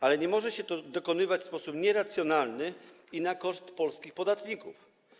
Ale nie może się to dokonywać w sposób nieracjonalny i na koszt polskich podatników.